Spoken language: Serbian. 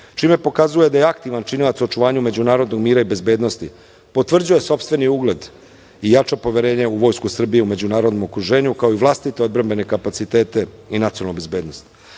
čime pokazuje da je aktivan činilac očuvanja međunarodnog mira i bezbednosti, potvrđuje sopstveni ugled i jača poverenje u Vojsku Srbije u međunarodnom okruženju, kao i vlastite odbrambene kapacitete i nacionalnu bezbednost. Politika